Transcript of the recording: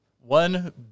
One